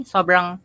Sobrang